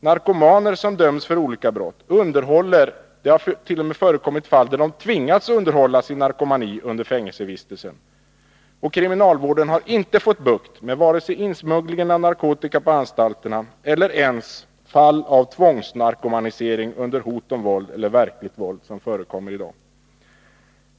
Narkomaner, som döms för olika brott, underhåller sin narkomani — det har t.o.m. förekommit fall där de tvingats underhålla den — under fängelsevistelsen. Kriminalvården har inte fått bukt med vare sig insmugglingen av narkotika på anstalterna eller ens fall av tvångsnarkomanisering under hot om våld eller verkligt våld som förekommer i dag.